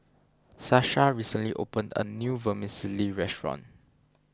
Sasha recently opened a new Vermicelli restaurant